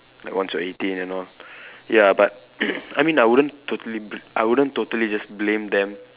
like once you're eighteen and all ya but I mean I wouldn't totally bl I wouldn't totally just blame them